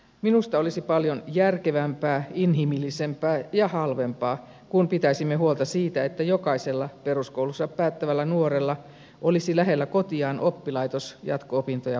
minusta olisi paljon järkevämpää inhimillisempää ja halvempaa kun pitäisimme huolta siitä että jokaisella peruskoulunsa päättävällä nuorella olisi lähellä kotiaan oppilaitos jatko opintoja varten